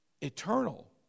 Eternal